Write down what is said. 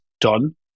done